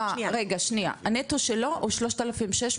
רגע, הנטו שלו הוא 3,600?